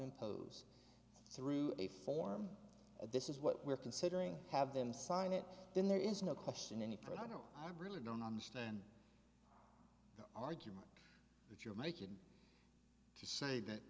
impose through a form of this is what we're considering have them sign it then there is no question any pressure no i really don't understand the argument that you're making to say that